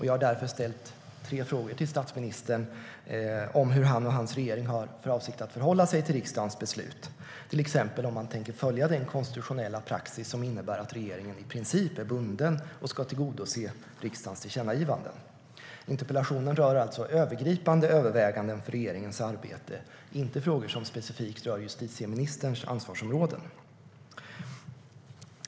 Jag har därför ställt tre frågor till statsministern om hur han och hans regering har för avsikt att förhålla sig till riksdagens beslut - till exempel om han tänker följa den konstitutionella praxis som innebär att regeringen i princip är bunden till och ska tillgodose riksdagens tillkännagivanden. Interpellationen rör alltså övergripande överväganden för regeringens arbete och inte frågor som specifikt rör justitieministerns ansvarsområden.